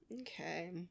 okay